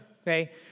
okay